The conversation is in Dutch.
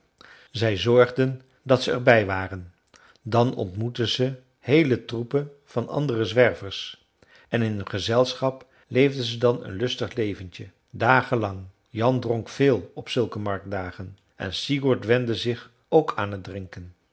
zij zorgden dat ze er bij waren dan ontmoetten ze heele troepen van de andere zwervers en in hun gezelschap leefden ze dan een lustig leventje dagen lang jan dronk veel op zulke marktdagen en sigurd wende zich ook aan het drinken